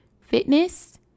Fitness